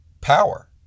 power